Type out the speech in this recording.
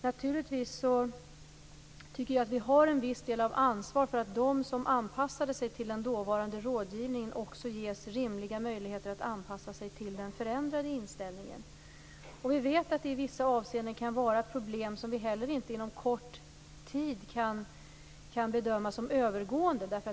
Jag tycker att vi naturligtvis har en viss del av ansvaret för att de som anpassade sig till den dåvarande rådgivningen också ges rimliga möjligheter att anpassa sig till den förändrade inställningen. Vi vet också att det i vissa avseenden kan finnas problem som vi inte inom kort tid kan bedöma som övergående.